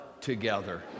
together